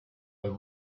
but